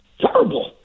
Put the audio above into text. Terrible